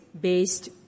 based